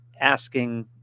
asking